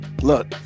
look